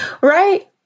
Right